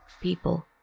people